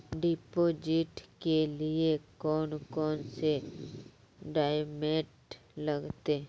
Deposit के लिए कौन कौन से डॉक्यूमेंट लगते?